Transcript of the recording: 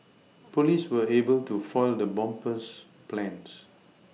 police were able to foil the bomber's plans